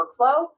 workflow